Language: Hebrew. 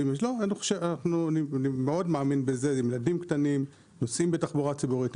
אני מאוד מאמין בזה שילדים קטנים נוסעים בתחבורה ציבורית,